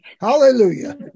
Hallelujah